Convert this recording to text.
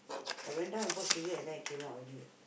I went down and bought cigarette and then I came up already